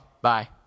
Bye